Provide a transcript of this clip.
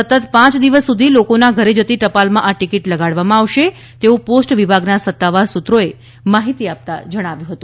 સતત પાંચ દિવસ સુધી લોકોના ઘરે જતી ટપાલમાં આ ટિકિટ લગાડવામાં આવશે તેવું પોસ્ટ વિભાગ ના સતાવાર સુત્રોએ વિગતો આપતાં જણાવ્યું હતું